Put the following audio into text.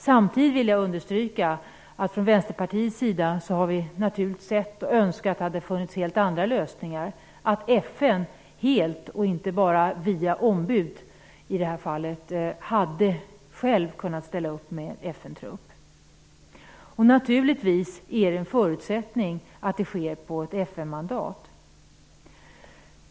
Samtidigt vill jag understryka att vi i Vänsterpartiet naturligtvis hade sett och önskat att det hade funnits helt andra lösningar, att FN självt och inte bara via ombud i det här fallet hade kunnat ställa upp med FN-trupp. Naturligtvis är det en förutsättning att det sker på ett FN-mandat.